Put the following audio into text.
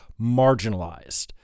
marginalized